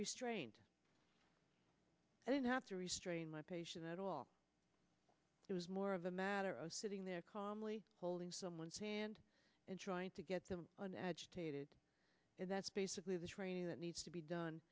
restrained i didn't have to restrain my patients at all it was more of a matter of sitting there calmly holding someone's hand and trying to get them an agitated and that's basically the training that needs to be done